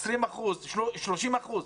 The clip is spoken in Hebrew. אולי 20% או 30%,